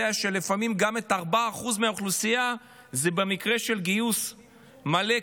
שלפעמים גם 4% מהאוכלוסייה זה במקרה של גיוס מלא,